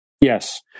Yes